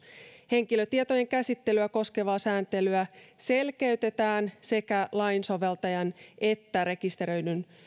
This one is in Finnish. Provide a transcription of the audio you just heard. henkilötietojen käsittelyä koskevaa sääntelyä selkeytetään sekä lainsoveltajan että rekisteröidyn